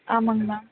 ஆமாங்க மேம்